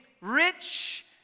rich